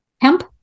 hemp